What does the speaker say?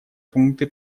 пункты